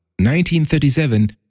1937